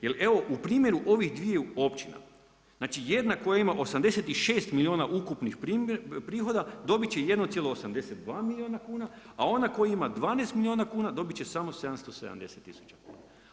Jer, evo, u primjeru ovih dviju općina, znači jedna koja ima 86 milijuna ukupnih prihoda, dobiti će 1,82 milijuna kuna, a ono koja ima 12 milijuna kuna, dobiti će samo 770000 kn.